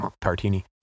Tartini